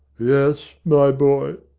yes, my boy?